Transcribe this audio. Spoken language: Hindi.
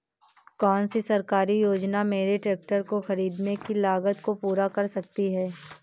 कौन सी सरकारी योजना मेरे ट्रैक्टर को ख़रीदने की लागत को पूरा कर सकती है?